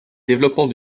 développement